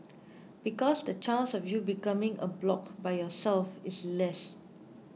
because the chance of you becoming a bloc by yourself is less